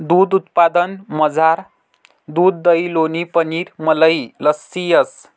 दूध उत्पादनमझार दूध दही लोणी पनीर मलई लस्सी येस